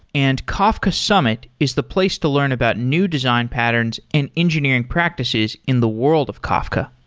and kafka summit is the place to learn about new design patterns and engineering practices in the world of kafka.